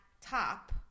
top